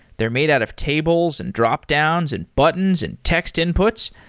they're made out of tables, and dropdowns, and buttons, and text inputs.